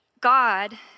God